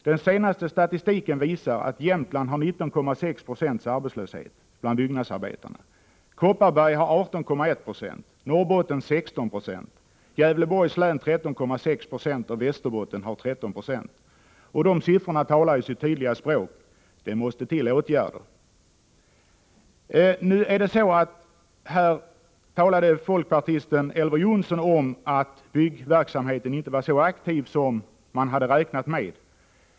Den senaste statistiken visar att Jämtland har 19,6 96 arbetslöshet bland byggnadsarbetarna, Kopparberg har 18,1 76, Norrbotten 16 96, Gävleborgs län 13,6 96 och Västerbotten har 13 96. De siffrorna talar sitt tydliga språk — det måste till åtgärder. Folkpartisten Elver Jonsson talade om att aktiviteten inom byggverksamheten inte var så hög som man hade räknat med.